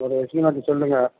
ஒரு எஸ்டிமேட்டு சொல்லுங்க